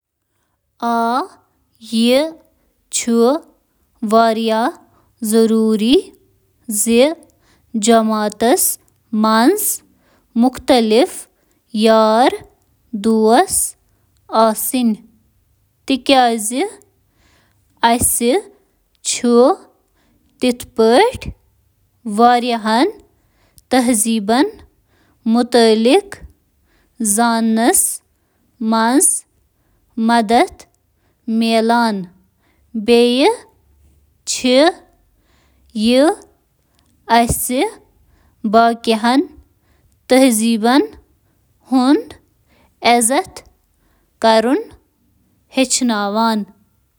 آ، دوستن ہُنٛد اکھ متنوع گروپ آسُن ہیکہِ واریاہو وجوہاتو کِنۍ اہم ٲسِتھ، یتھ منٛز شٲمِل چھِ: بہتر سمأجی ہم آہنگی تہٕ فلاح و بہبود: تعصب منٛز کمی: ،بہتر تخلیقی صلاحیتہٕ تہٕ مسئلہٕ حل کرُن: بہتر زبان تہٕ ثقافتی مہارتہٕ: تہٕ باقی۔